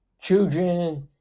children